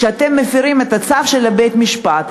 כשאתם מפרים צו של בית-המשפט,